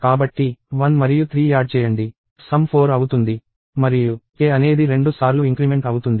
కాబట్టి 1 మరియు 3 యాడ్ చేయండి సమ్ 4 అవుతుంది మరియు k అనేది రెండు సార్లు ఇంక్రిమెంట్ అవుతుంది